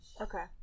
Okay